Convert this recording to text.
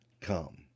come